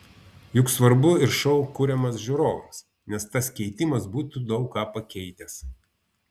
juk svarbu ir šou kuriamas žiūrovams nes tas keitimas būtų daug ką pakeitęs